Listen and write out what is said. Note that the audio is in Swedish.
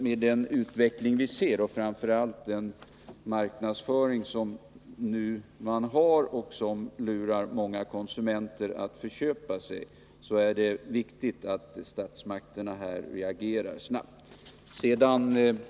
Med den utveckling som vi ser och framför allt med nuvarande marknadsföring, som lurar många konsumenter att förköpa sig, är det viktigt att statsmakterna reagerar snabbt.